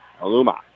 Aluma